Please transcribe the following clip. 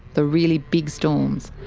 the really big storms.